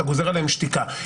אתה גוזר עליהם שתיקה.